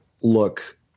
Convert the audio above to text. look